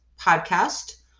podcast